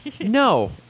No